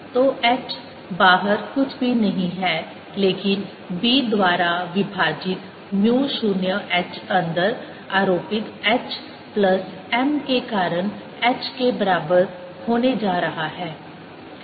तो H बाहर कुछ भी नहीं है लेकिन B द्वारा विभाजित म्यू 0 H अंदर आरोपित H प्लस m के कारण H के बराबर होने जा रहा है